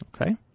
Okay